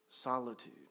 solitude